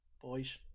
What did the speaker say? boys